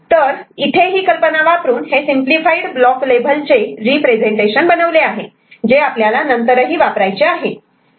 तर इथे ही कल्पना वापरून हे सिंपलीफाईड ब्लॉक लेव्हलचे रीप्रेझेन्टेशन बनवले आहे जे आपल्याला नंतरही वापरायचे आहे